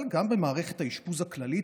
אבל גם במערכת האשפוז הכללית,